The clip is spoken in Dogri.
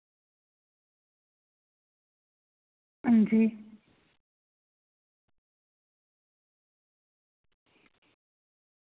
अंजी